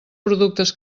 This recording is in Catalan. productes